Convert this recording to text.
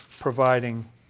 providing